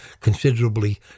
considerably